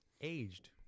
aged